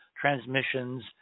transmissions